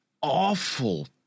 awful